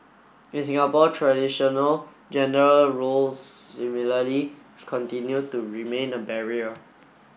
in Singapore traditional gender roles similarly continue to remain a barrier